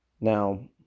Now